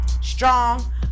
Strong